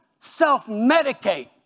self-medicate